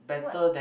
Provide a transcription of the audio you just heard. what